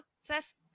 Seth